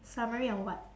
summary on what